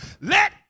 let